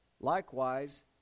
Likewise